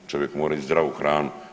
Čovjek mora ist zdravu hranu.